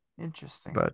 Interesting